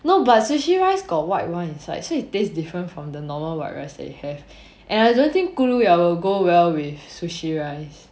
no but sushi rice got white wine inside so it taste different from the normal white rice they have and I don't think 咕噜肉 will go well with sushi rice